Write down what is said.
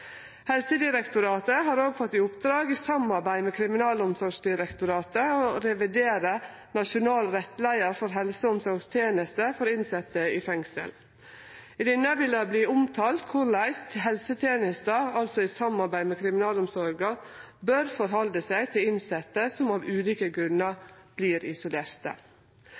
Helsedirektoratet har òg fått i oppdrag i samarbeid med Kriminalomsorgsdirektoratet å revidere nasjonal rettleiar for helse- og omsorgstenester til innsette i fengsel. I denne vil det verte omtalt korleis helsetenesta i samarbeid med kriminalomsorga bør vere overfor innsette som av ulike grunnar vert isolerte.